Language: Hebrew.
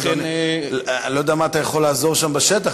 לכן, אני לא יודע מה אתה יכול לעזור שם בשטח.